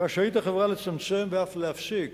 רשאית החברה לצמצם ואף להפסיק